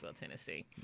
Tennessee